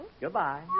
Goodbye